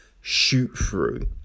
shoot-through